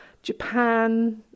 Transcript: japan